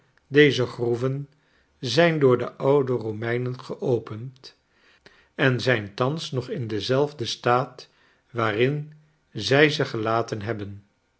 dezer groeven zijn door de oude romeinen geopend en zijn thans nog in denzelfden staat waarin zij ze gelaten hebben